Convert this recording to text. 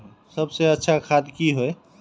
सबसे अच्छा खाद की होय?